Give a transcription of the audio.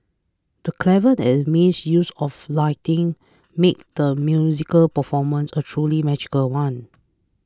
the clever and amazing use of lighting made the musical performance a truly magical one